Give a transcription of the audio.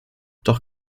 doch